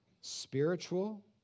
spiritual